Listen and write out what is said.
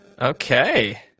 Okay